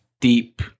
deep